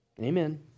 Amen